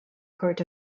court